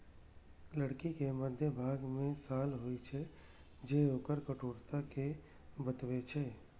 लकड़ी के मध्यभाग मे साल होइ छै, जे ओकर कठोरता कें बतबै छै